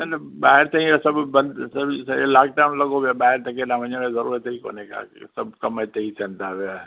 न न ॿाहिरि त ईअं सभु बंदि सॼो लॉकडाउन लॻो पियो आहे ॿाहिरि त केॾांहु वञण जी ज़रूरत ई कोन्हे का सभु कमु हिते ई थियनि था पिया